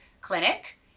clinic